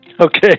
Okay